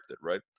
right